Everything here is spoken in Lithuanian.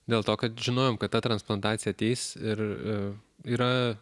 dėl to kad žinojom kad ta transplantacija ateis ir yra